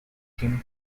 him